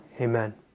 Amen